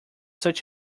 such